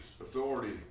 authority